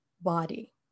body